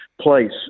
place